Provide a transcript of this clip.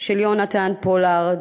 של יונתן פולארד.